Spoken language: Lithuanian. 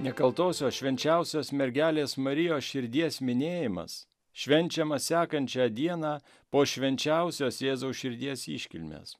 nekaltosios švenčiausios mergelės marijos širdies minėjimas švenčiamas sekančią dieną po švenčiausios jėzaus širdies iškilmės